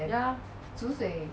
ya